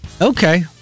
Okay